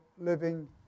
living